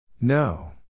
No